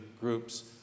groups